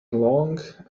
long